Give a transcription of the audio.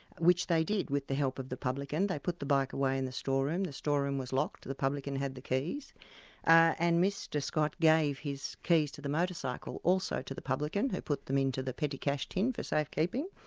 which they did, with the help of the publican. they put the bike away in the storeroom, the storeroom was locked, the publican had the keys and mr scott gave his keys to the motorcycle also to the publican, who put them into the petty cash tin for safekeeping.